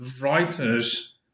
writers